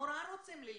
נורא רוצים ללמוד,